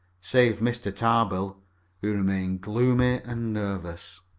save mr. tarbill. he remained gloomy and nervous.